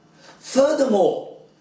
Furthermore